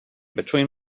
between